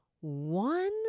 one